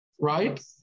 right